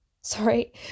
sorry